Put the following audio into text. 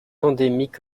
endémique